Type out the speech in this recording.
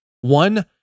One